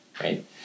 right